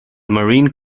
marine